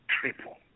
triple